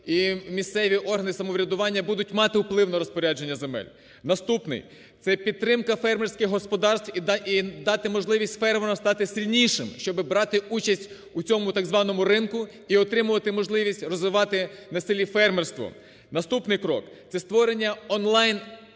і місцеві органи самоврядування будуть мати вплив на розпорядження земель. Наступний. Це підтримка фермерських господарств і дати можливість фермерам стати сильнішими, щоб брати участь у цьому так званому ринку і отримувати можливість розвивати на селі фермерство. Наступний крок, це створення он-лайн